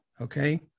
Okay